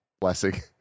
blessing